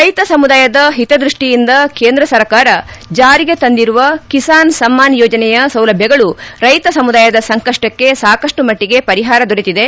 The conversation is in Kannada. ರೈತ ಸಮುದಾಯದ ಹಿತದ್ಯಷ್ಟಿಯಿಂದ ಕೇಂದ್ರ ಸರಕಾರ ಜಾರಿಗೆ ತಂದಿರುವ ಕಿಸಾನ್ ಸಮ್ನಾನ್ ಯೋಜನೆಯ ಸೌಲಭ್ಯಗಳು ಕೈತ ಸಮುದಾಯದ ಸಂಕಷ್ಟಕ್ಕೆ ಸಾಕಷ್ಟು ಮಟ್ಟಿಗೆ ಪರಿಹಾರ ದೊರೆತಿದೆ